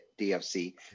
DFC